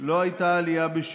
בדוק את פולין.